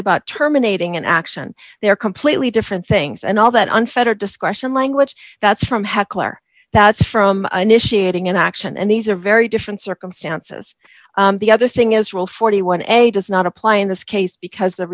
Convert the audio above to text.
about terminating an action they are completely different things and all that unfettered discretion language that's from heckler that's from initiating an action and these are very different circumstances and the other thing is real forty one does not apply in this case because the